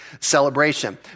celebration